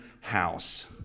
house